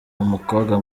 umukobwa